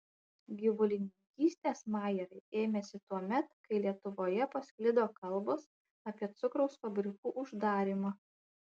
gyvulininkystės majerai ėmėsi tuomet kai lietuvoje pasklido kalbos apie cukraus fabrikų uždarymą